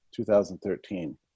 2013